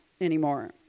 anymore